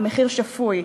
במחיר שפוי.